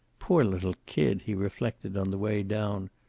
poor little kid! he reflected on the way down.